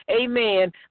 amen